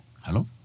Hello